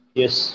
yes